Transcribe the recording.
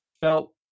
felt